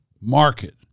market